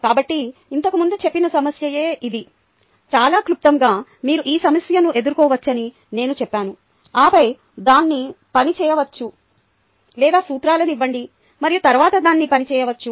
కాబట్టి ఇంతకు ముందు చెప్పిన సమస్యయే ఇది చాలా క్లుప్తంగా మీరు ఈ సమస్యను ఎదుర్కోవచ్చని నేను చెప్పాను ఆపై దాన్ని పని చేయవచ్చు లేదా సూత్రాలను ఇవ్వండి మరియు తరువాత దాన్ని పని చేయవచ్చు